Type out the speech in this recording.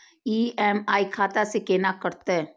EMI खाता से केना कटते?